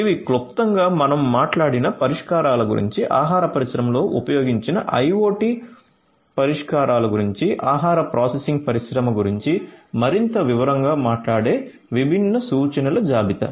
ఇవి క్లుప్తంగా మనం మాట్లాడిన పరిష్కారాల గురించి ఆహార పరిశ్రమలో ఉపయోగించిన ఐఒటి పరిష్కారాల గురించి ఆహార ప్రాసెసింగ్ పరిశ్రమ గురించి మరింత వివరంగా మాట్లాడే విభిన్న సూచనల జాబితా